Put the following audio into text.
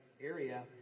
area